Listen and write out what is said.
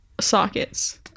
sockets